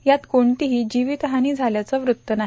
यात कोणतीही जीवितहानी झाल्याचं वृत्त नाही